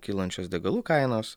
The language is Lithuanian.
kylančios degalų kainos